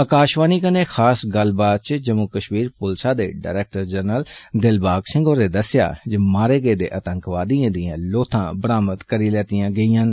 आकाषवाणी कन्नै खास गल्लबात च जम्मू कष्मीर पुलसा दे डरैक्टर जनरल दिलबाग सिंह होरें दस्सेआ जे मारे गेदे आतंकवादिएं दिआं लोथां बरामद करी लैती गेदिआं न